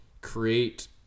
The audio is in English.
create